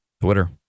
Twitter